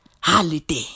holiday